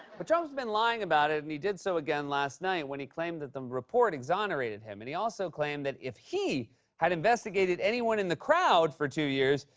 but trump's been lying about it, and he did so again last night when he claimed that the report exonerated him. and he also claimed that if he had investigated anyone in the crowd for two years,